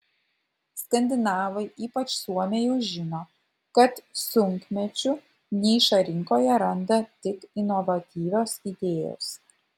skandinavai ypač suomiai jau žino kad sunkmečiu nišą rinkoje randa tik inovatyvios idėjos